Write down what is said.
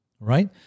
right